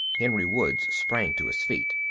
henry woods sprang to his feet.